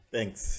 Thanks